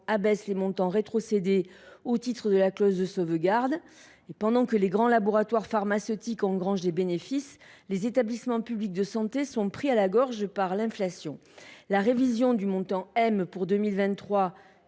abaisse les montants rétrocédés au titre de la clause de sauvegarde. Pendant que les grands laboratoires pharmaceutiques engrangent des bénéfices, les établissements publics de santé sont pris à la gorge par l’inflation. La révision du montant M pour 2023,